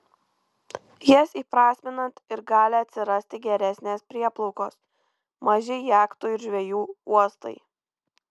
jas įprasminant ir gali atsirasti geresnės prieplaukos maži jachtų ir žvejų uostai